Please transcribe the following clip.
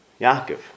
Yaakov